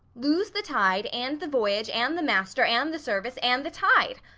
lose the tide, and the voyage, and the master, and the service, and the tied!